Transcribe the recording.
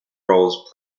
roles